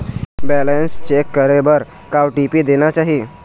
Balance check करे बर का ओ.टी.पी देना चाही?